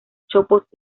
chopos